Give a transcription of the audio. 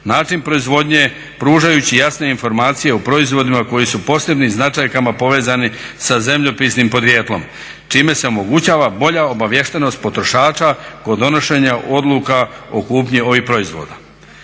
način proizvodnje pružajući jasne informacije o proizvodima koji su posebnim značajkama povezani sa zemljopisnim podrijetlom čime se omogućava bolja obaviještenost potrošača kod donošenja Odluka o kupnji ovih proizvoda.